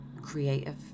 creative